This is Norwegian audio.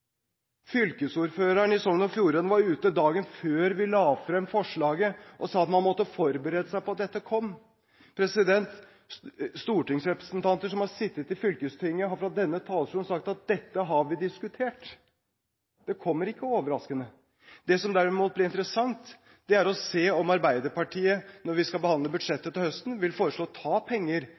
Fylkesordføreren i Sogn og Fjordane var ute dagen før vi la frem forslaget, og sa at man måtte forberede seg på at dette kom. Stortingsrepresentanter som har sittet i fylkestinget har fra denne talerstolen sagt at dette har vi diskutert, det kommer ikke overraskende. Det som derimot blir interessant, er å se om Arbeiderpartiet når vi skal behandle budsjettet til høsten, vil foreslå å ta penger